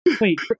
Wait